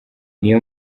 niyo